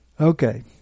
Okay